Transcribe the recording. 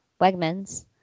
Wegmans